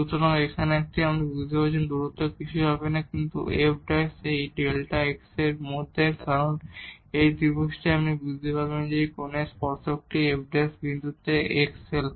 সুতরাং এখানে এখান থেকে এখানে এই দূরত্ব কিছুই হবে না কিন্তু f এই Δ x এর মধ্যে কারণ এই ত্রিভুজটিতে আপনি বুঝতে পারবেন যে এই কোণের এই টানজেন্টটি এই f এই বিন্দুতে x